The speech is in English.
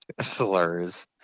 Slurs